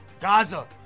Gaza